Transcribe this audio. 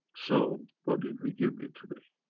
so what did we give you today?